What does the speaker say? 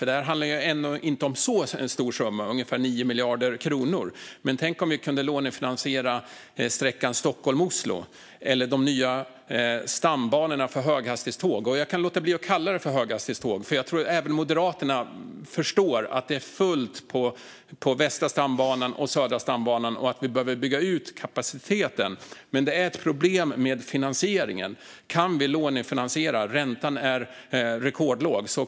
Det här handlar inte om en så stor summa, ungefär 9 miljarder kronor. Tänk om vi kunde lånefinansiera sträckan Stockholm-Oslo eller de nya stambanorna för höghastighetståg! Jag kan låta bli att kalla det för höghastighetståg, men jag tror att även Moderaterna förstår att det är fullt på Västra stambanan och Södra stambanan och att vi behöver bygga ut kapaciteten. Men finansieringen är ett problem. Kan vi lånefinansiera? Räntan är ju rekordlåg.